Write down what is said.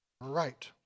Right